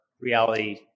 reality